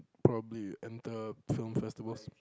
probably enter film festivals